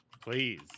please